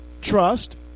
trust